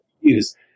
use